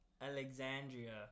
Alexandria